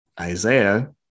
Isaiah